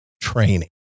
training